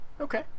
Okay